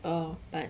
err but